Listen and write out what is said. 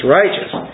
righteous